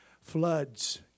Floods